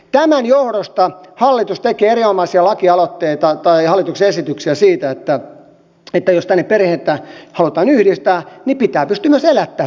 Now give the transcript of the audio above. tämän johdosta hallitus tekee erinomaisia lakialoitteita tai hallituksen esityksiä siitä että jos tänne perheitä halutaan yhdistää niin pitää pystyä myös elättämään perheenjäsenet